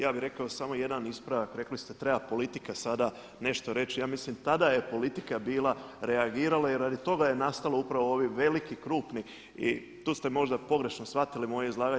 Ja bih rekao samo jedan ispravak, rekli ste treba politika sada nešto reći, ja mislim tada je politika bila reagirala i radi toga je nastalo upravo ovi veliki krupni i tu ste možda pogrešno shvatili moje izlaganje.